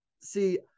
see